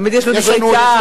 תמיד יש לו דברי טעם.